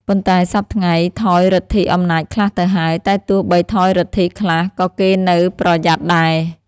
ប៉ុន្តែសព្វថ្ងៃ ថយឫទ្ធិអំណាចខ្លះទៅហើយ, តែទោះបីថយឫទ្ធិខ្លះ ក៏គេនៅប្រយ័ត្នដែរ ។